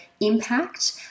impact